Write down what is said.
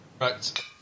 Right